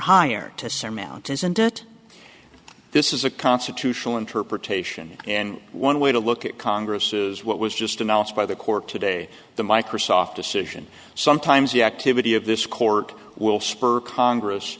it this is a constitutional interpretation and one way to look at congress is what was just announced by the court today the microsoft decision sometimes the activity of this court will spur congress